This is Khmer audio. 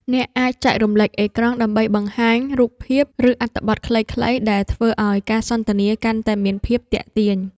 អ្នកអាចចែករំលែកអេក្រង់ ដើម្បីបង្ហាញរូបភាព ឬអត្ថបទខ្លីៗ ដែលធ្វើឱ្យការសន្ទនាកាន់តែមានភាពទាក់ទាញ។